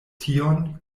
tion